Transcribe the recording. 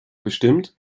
bestimmt